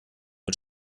mit